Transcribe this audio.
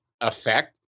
effect